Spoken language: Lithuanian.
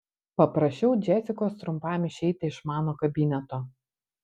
paprašiau džesikos trumpam išeiti iš mano kabineto